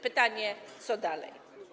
Pytanie, co dalej.